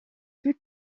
plus